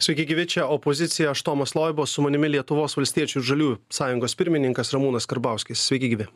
sveiki gyvi čia opozicija aš tomas loiba su manimi lietuvos valstiečių ir žaliųjų sąjungos pirmininkas ramūnas karbauskis sveiki gyvi